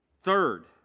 Third